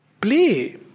Play